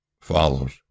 follows